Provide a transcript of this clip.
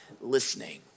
listening